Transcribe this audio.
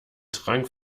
trank